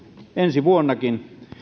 ensi vuonnakin